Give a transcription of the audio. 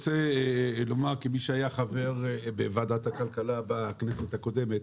כמי שהיה חבר בוועדת הכלכלה בכנסת הקודמת,